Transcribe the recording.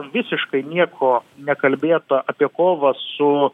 visiškai nieko nekalbėta apie kovą su